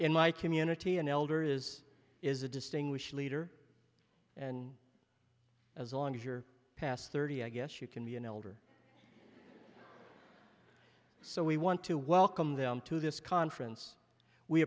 in my community and elder is is a distinguished leader and as long as you're past thirty i guess you can be an elder so we want to welcome them to this conference we